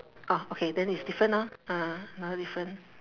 orh okay then it's different orh ah ah another different